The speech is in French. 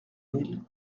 mille